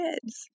kids